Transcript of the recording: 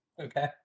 Okay